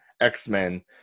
X-Men